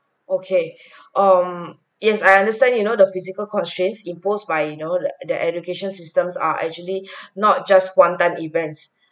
okay um yes I understand you know the physical constraints imposed by you know like the education systems are actually not just one time events